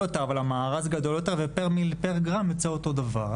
יותר אבל המארז גדול יותר ופר-גרם זה יוצא אותו דבר.